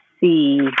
see